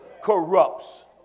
corrupts